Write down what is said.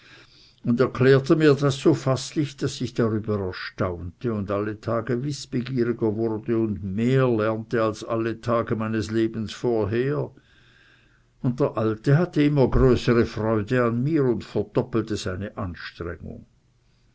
und erklärte mir das so faßlich daß ich darüber erstaunte und alle tage wißbegieriger wurde und mehr lernte als alle tage meines lebens vorher und der alte hatte immer größere freude an mir und verdoppelte seine anstrengung